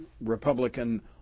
republican